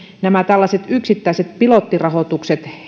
nämä tällaiset yksittäiset pilottirahoitukset